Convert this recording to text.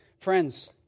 Friends